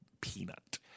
Peanut